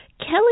Kelly